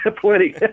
plenty